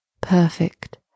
perfect